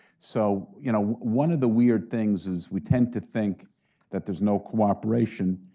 so you know one of the weird things is we tend to think that there's no cooperation,